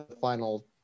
final